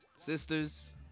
Sisters